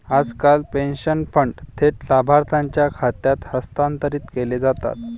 आजकाल pension fund थेट लाभार्थीच्या खात्यात हस्तांतरित केले जातात